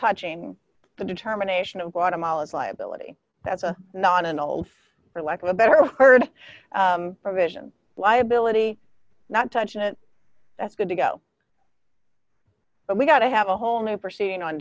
touching the determination of guatemala's liability that's a not an old for lack of a better heard provision liability not touching it that's good to go but we've got to have a whole new proceeding on